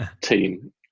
team